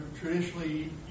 traditionally